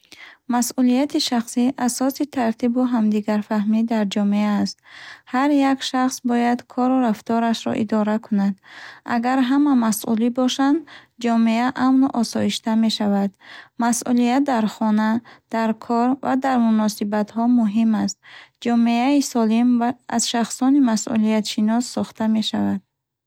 Масъулияти шахсӣ асоси тартибу ҳамдигарфаҳмӣ дар ҷомеа аст. Ҳар як шахс бояд кору рафторашро идора кунад. Агар ҳама масъули бошанд, ҷомеа амну осоишта мешавад. Масъулият дар хона, дар кор ва дар муносибатҳо муҳим аст. Ҷомеаи солим ва аз шахсони масъулиятшинос сохта мешавад.